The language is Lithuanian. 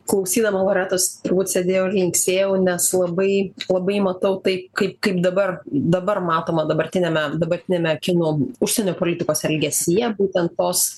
klausydama loretos turbūt sėdėjau ir linksėjau nes labai labai matau tai kaip kaip dabar dabar matoma dabartiniame dabartiniame kinų užsienio politikos elgesyje būtent tos